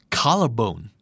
collarbone